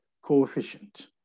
coefficient